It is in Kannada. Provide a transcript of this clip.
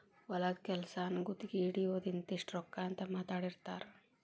ಹೊಲದ ಕೆಲಸಾನ ಗುತಗಿ ಹಿಡಿಯುದು ಇಂತಿಷ್ಟ ರೊಕ್ಕಾ ಅಂತ ಮಾತಾಡಿರತಾರ